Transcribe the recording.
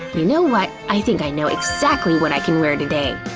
you know what? i think i know exactly what i can wear today!